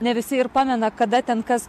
ne visi pamena kada ten kas